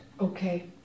Okay